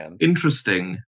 interesting